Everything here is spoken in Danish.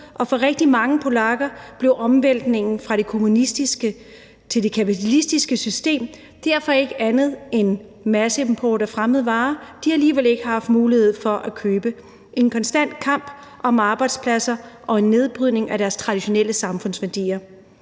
og for rigtig mange polakker blev omvæltningen fra det kommunistiske til det kapitalistiske system derfor ikke andet end masseimport af fremmede varer, de alligevel ikke havde mulighed for at købe, og en konstant kamp om arbejdspladser og nedbrydning af deres traditionelle samfundsværdier.